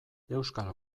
euskal